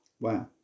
Wow